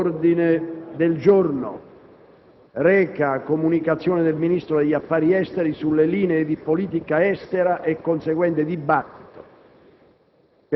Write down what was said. L'ordine del giorno reca: «Comunicazioni del Ministro degli affari esteri sulle linee di politica estera». Per quanto